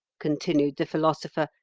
continued the philosopher,